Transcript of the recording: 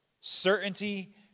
Certainty